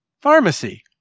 Pharmacy